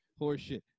Horseshit